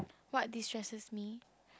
what distresses me